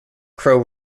crow